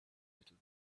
little